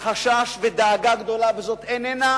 חשש ודאגה גדולה, וזאת איננה